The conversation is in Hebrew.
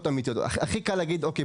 הכי קל להגיד: "אוקיי,